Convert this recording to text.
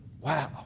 Wow